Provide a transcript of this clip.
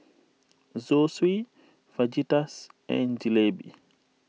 Zosui Fajitas and Jalebi